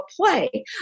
play